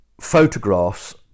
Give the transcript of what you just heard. photographs